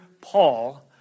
Paul